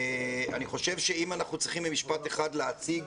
אם אנחנו צריכים במשפט אחד להציג